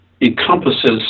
encompasses